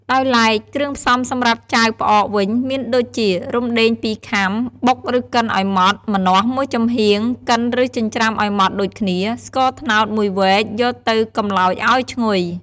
ដោយឡែកគ្រឿងផ្សំសម្រាប់ចាវផ្អកវិញ មានដូចជា រំដែង ២ខាំ បុក ឬកិនឱ្យម៉ដ្ឋ ម្នាស់ មួយចំហៀង កិន ឬ ចិញ្ច្រាំឱ្យម៉ដ្ឋដូចគ្នា ស្ករត្នោត មួយវែក យកទៅកម្លោចឱ្យឈ្ងុយ។